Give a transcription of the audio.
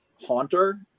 Haunter